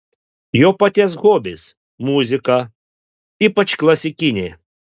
jo paties hobis muzika ypač klasikinė